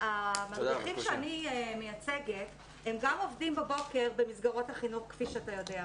המדריכים שאני מייצגת הם גם עובדים בבוקר במסגרות החינוך כפי שאתה יודע,